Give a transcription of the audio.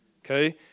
okay